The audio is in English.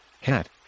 hat